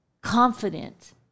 confident